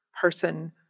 person